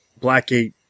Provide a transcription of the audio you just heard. Blackgate